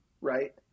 right